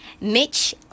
Mitch